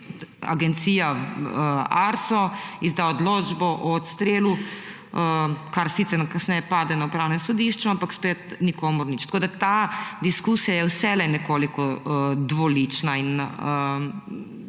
Agencija Arso izda odločbo o odstrelu, kar sicer kasneje pade na Upravnem sodišču, ampak spet nikomur nič. Ta diskusija je vselej nekoliko dvolična in